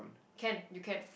can you can